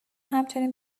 همچنین